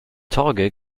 torge